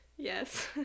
Yes